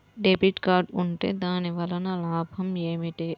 Debit card ఉంటే దాని వలన లాభం ఏమిటీ?